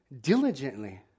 diligently